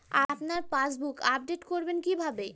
আপনার passbook update করবেন কিভাবে?